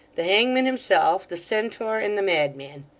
the hangman himself the centaur and the madman.